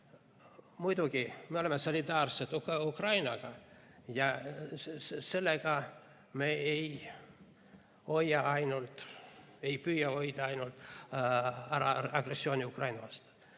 Muidugi, me oleme solidaarsed Ukrainaga ja sellega me ainult ei püüa hoida ära agressiooni Ukraina